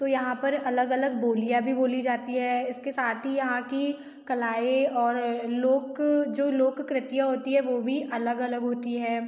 तो यहाँ पर अलग अलग बोलियाँ भी बोली जाती हैं इसके साथ ही यहाँ की कलाएँ और लोक जो लोक कृतियाँ होती हैं वो भी अलग अलग होती हैं